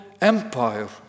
empire